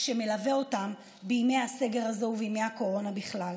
שמלווים אותן בימי הסגר הזה ובימי הקורונה בכלל.